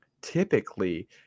Typically